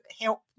help